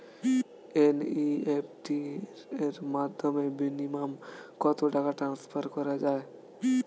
NEFT র মাধ্যমে minimum কত টাকা ট্রান্সফার করা যায়?